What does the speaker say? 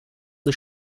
the